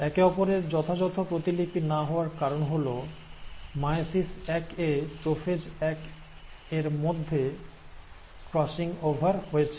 একে অপরের যথাযথ প্রতিলিপি না হওয়ার কারণ হল মিয়োসিস এক এ প্রোফেজ এক এর মধ্যে ক্রসিং ওভার হয়েছে